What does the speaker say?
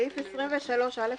סעיף 23א רבתי.